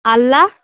আলনা